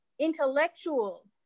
Intellectual